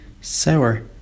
sour